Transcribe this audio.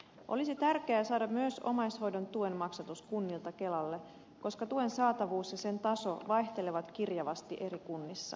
olisi tärkeää saada myös omaishoidon tuen maksatus kunnilta kelalle koska tuen saatavuus ja sen taso vaihtelevat kirjavasti eri kunnissa